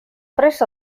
prest